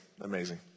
amazing